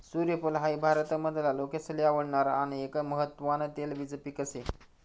सूर्यफूल हाई भारत मधला लोकेसले आवडणार आन एक महत्वान तेलबिज पिक से